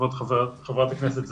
כבוד חברת הכנסת זנדברג,